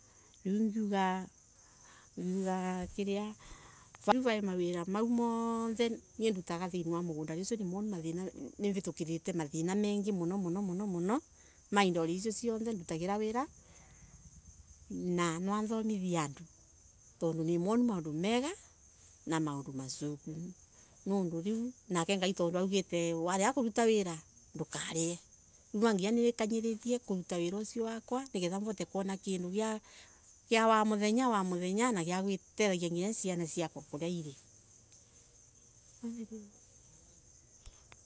Riu ngiuga vau ve mawira mau ndutaga mugundari niritukerete mathina mengii muno muno ma indori icio cionthe ndutagira wira na nwa thomithie andu tondo ni mwonu maondo maga na mengi ma macoku riu nake Ngai augite wa rega kuvuta wira ndukarie riu ni nginya ndute mawira mau makwa niketha mune kindu kia wa muthenya na gia gutethia ciana ciakwa kuria iri.